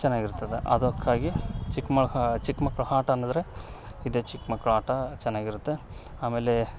ಚೆನ್ನಾಗಿರ್ತದೆ ಅದಕ್ಕಾಗಿ ಚಿಕ್ಕ ಮಕ್ಕ ಮಕ್ಕಳ ಆಟ ಅನ್ನದ್ರೆ ಇದೆ ಚಿಕ್ಕ ಮಕ್ಕಳ ಆಟ ಚೆನ್ನಾಗಿರುತ್ತೆ ಆಮೇಲೆ